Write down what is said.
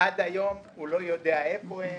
עד היום הוא לא יודע איפה הם